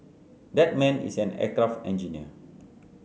that man is an aircraft engineer